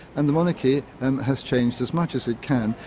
and the monarchy and has changed as much as it can,